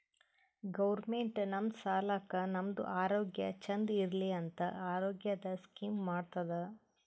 government ನಮ್ ಸಲಾಕ್ ನಮ್ದು ಆರೋಗ್ಯ ಚಂದ್ ಇರ್ಲಿ ಅಂತ ಆರೋಗ್ಯದ್ ಸ್ಕೀಮ್ ಮಾಡ್ತುದ್